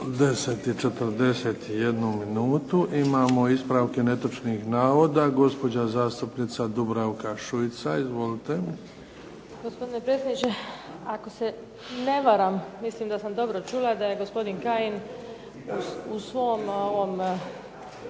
10 i 41 minutu. Imamo ispravke netočnih navoda. Gospođa zastupnica Dubravka Šuica. Izvolite. **Šuica, Dubravka (HDZ)** Gospodine predsjedniče, ako se ne varam, mislim da sam dobro čula da je gospodin Kajin u svom